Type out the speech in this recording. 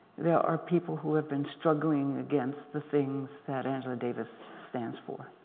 there are people who have been struggling against the things that angela davis stands for.